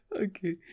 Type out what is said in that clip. Okay